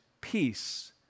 peace